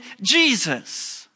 Jesus